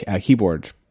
keyboard